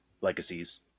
legacies